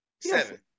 Seven